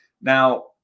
Now